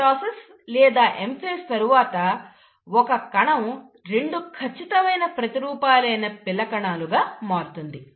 mitosis లేదా M phase తరువాత ఒక కణం రెండు ఖచ్చితమైన ప్రతి రూపాలైన పిల్లకణాలుగా మారుతుంది